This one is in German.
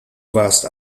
warst